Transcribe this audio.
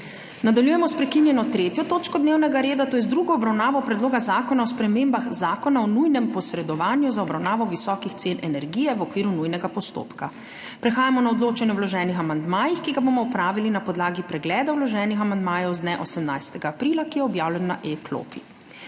Nadaljujemo s prekinjeno 3. točko dnevnega reda, to je z drugo obravnavo Predloga zakona o spremembah Zakona o nujnem posredovanju za obravnavo visokih cen energije v okviru nujnega postopka. Prehajamo na odločanje o vloženih amandmajih, ki ga bomo opravili na podlagi pregleda vloženih amandmajev z dne 18. aprila, ki je objavljen na e-klopi.